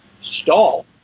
stall